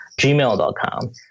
gmail.com